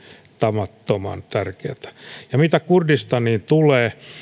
tavattoman tärkeätä mitä kurdistaniin tulee